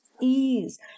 ease